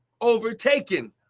overtaken